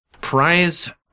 prize